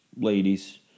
ladies